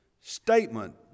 statement